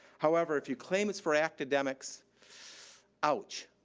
however, if you claim it's for academics ouch.